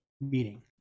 meeting